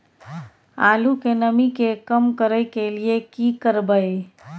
आलू के नमी के कम करय के लिये की करबै?